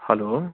hello